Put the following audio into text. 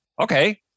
Okay